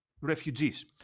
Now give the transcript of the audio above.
refugees